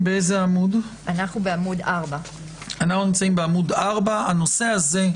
בעמוד 4. אנחנו נמצאים בעמוד 4. הנושא הזה,